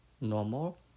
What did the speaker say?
normal